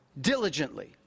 diligently